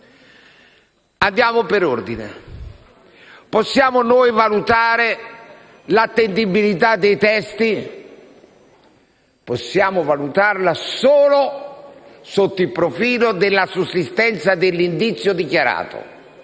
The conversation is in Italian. Andiamo per ordine: possiamo noi valutare l'attendibilità dei testi? Possiamo valutarla solo sotto il profilo della sussistenza dell'indizio dichiarato,